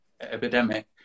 epidemic